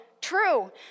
True